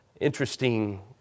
interesting